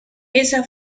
esa